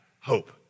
hope